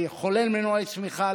לחולל מנועי צמיחה,